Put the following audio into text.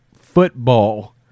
football